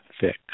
thick